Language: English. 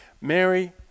Mary